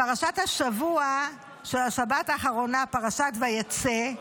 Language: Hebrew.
פרשת השבוע של השבת האחרונה, פרשת ויצא,